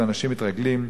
ואנשים מתרגלים.